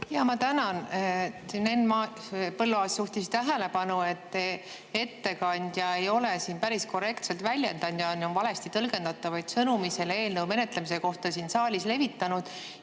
Siin Henn Põlluaas juhtis tähelepanu sellele, et ettekandja ei ole siin päris korrektselt väljendunud, ta on valesti tõlgendatavaid sõnumeid selle eelnõu menetlemise kohta siin saalis levitanud,